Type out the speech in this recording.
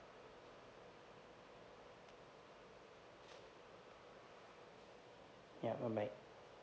ya bye bye